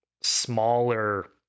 smaller